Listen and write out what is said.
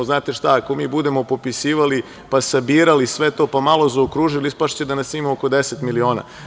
Znate šta, ako mi budemo popisivali, pa sabirali sve to, pa malo zaokružili, ispašće da nas ima oko 10 miliona.